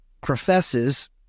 professes